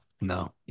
no